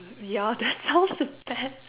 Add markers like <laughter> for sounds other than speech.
ya that <laughs> sounds so bad <laughs>